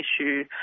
issue